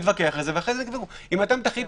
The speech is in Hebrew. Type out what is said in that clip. נתווכח על זה ואחרי זה תקבעו או שתחליטו,